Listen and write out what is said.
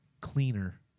cleaner